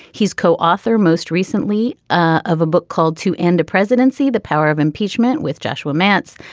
he's co-author most recently of a book called to end a presidency the power of impeachment with joshua mance.